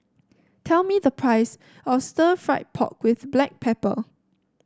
tell me the price of Stir Fried Pork with Black Pepper